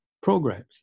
programs